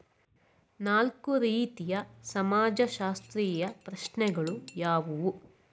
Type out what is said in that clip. ನಾಲ್ಕು ರೀತಿಯ ಸಮಾಜಶಾಸ್ತ್ರೀಯ ಪ್ರಶ್ನೆಗಳು ಯಾವುವು?